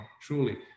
truly